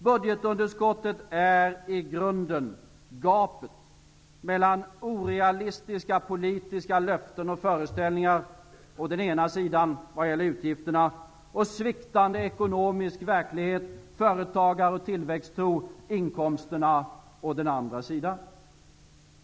Budgetunderskottet är i grunden gapet mellan å den ena sidan orealistiska politiska löften och föreställningar vad gäller utgifterna och å den andra sidan en verklighet med sviktande ekonomi som drabbar företagare, tillväxttro och inkomster.